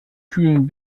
kühlen